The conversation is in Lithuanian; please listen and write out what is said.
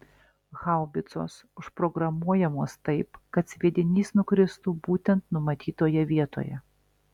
haubicos užprogramuojamos taip kad sviedinys nukristų būtent numatytoje vietoje